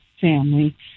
family